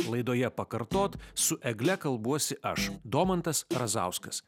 laidoje pakartot su egle kalbuosi aš domantas razauskas